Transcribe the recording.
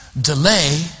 Delay